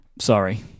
sorry